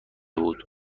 بود